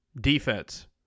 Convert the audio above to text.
defense